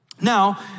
Now